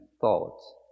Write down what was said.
thoughts